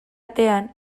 atean